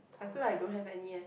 I feel like I don't have any eh